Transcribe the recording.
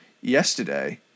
yesterday